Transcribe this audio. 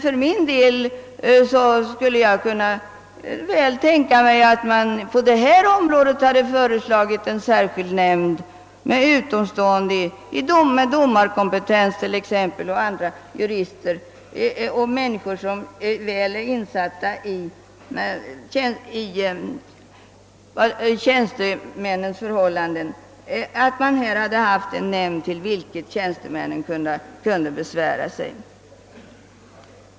För min del skulle jag emellertid kunna tänka mig att man beträffande besvärsrätten hade föreslagit en särskild nämnd med utomstående personer som t.ex. har domarkompetens liksom också andra jurister, d.v.s. personer som är väl insatta i tjänstemännens förhållanden.